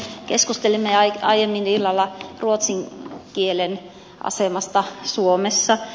keskustelimme aiemmin illalla ruotsin kielen asemasta suomessa